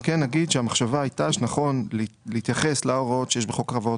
אני כן אומר שהמחשבה הייתה שנכון להתייחס להוראות שיש בחוק החברות